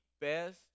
best